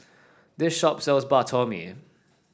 this shop sells Bak Chor Mee